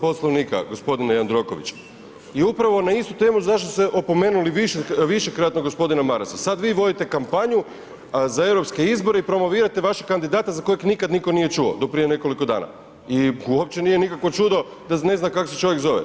Poslovnika g. Jandroković i upravo na istu temu zašto ste opomenuli višekratno g. Marasa, sad vi vodite kampanju za europske izbore i promovirate vašeg kandidata za kojeg nikad nitko nije čuo do prije nekoliko dana i uopće nije nikakvo čudo da ne zna kako se čovjek zove.